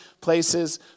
places